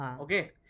Okay